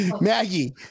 Maggie